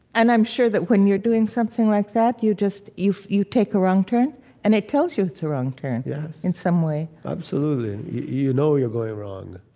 and i'm sure that when you're doing something like that you just, you you take a wrong turn and it tells you it's a wrong turn yeah in some way absolutely. you know you're going wrong.